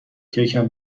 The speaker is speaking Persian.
کیکم